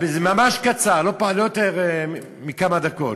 זה ממש קצר, לא יותר מכמה דקות.